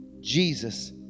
Jesus